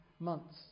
Months